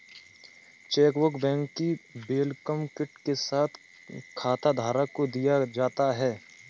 chequebook bank की welcome kit के साथ खाताधारक को दिया जाता है